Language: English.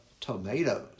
tomatoes